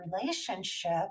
relationship